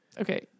Okay